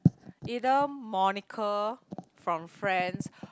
either Monica from Friends